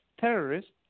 terrorists